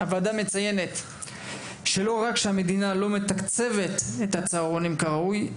ד׳- הוועדה מציינת שלא בלבד שהמדינה לא מתקצבת את הצהרונים באופן ראוי,